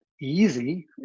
easy